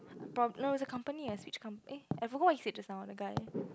prob~ no is a company a switch comp~ eh I forgot what he said just now the guy